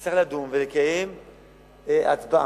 תצטרך לדון ולקיים הצבעה